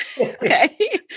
Okay